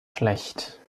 schlecht